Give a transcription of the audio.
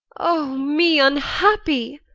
o me unhappy!